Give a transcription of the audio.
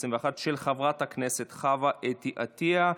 התשפ"א 2021, של חברת הכנסת חוה אתי עטייה.